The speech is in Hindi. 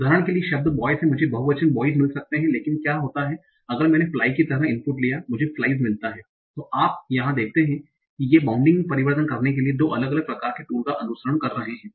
उदाहरण के लिए शब्द बॉय से मुझे बहुवचन बोइस मिल सकते हैं लेकिन क्या होता है अगर मैंने fly की तरह इनपुट लिया मुझे f i l e s मिलता हैं Iतो यह आप देखते हैं कि वे बाउंडिंग में परिवर्तन करने के लिए दो अलग अलग प्रकार के टूल का अनुसरण कर रहे हैं